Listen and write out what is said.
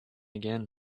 again